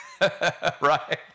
right